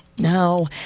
No